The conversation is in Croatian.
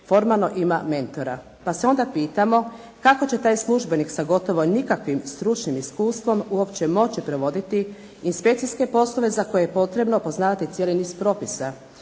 formalno ima mentora, pa se onda pitamo kako će taj službenik sa gotovo nikakvim stručnim iskustvom uopće moći prevoditi inspekcijske poslove za koje je potrebno poznavati cijeli niz propisa.